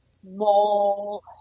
small